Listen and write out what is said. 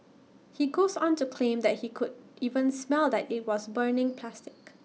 he goes on to claim that he could even smell that IT was burning plastic